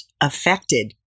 affected